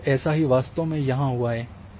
बिल्कुल ऐसा ही वास्तव में है यहाँ हुआ है